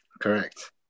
Correct